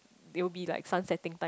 they will be like sunsetting time